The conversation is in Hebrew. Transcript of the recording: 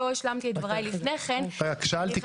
לא השלמתי את דבריי לפני כן --- רק שאלתי,